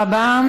תודה רבה.